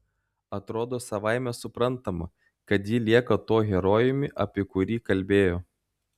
atrodo savaime suprantama kad ji lieka tuo herojumi apie kurį kalbėjo